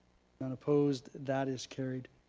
none opposed. that is carried.